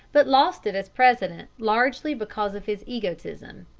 but lost it as president largely because of his egotism.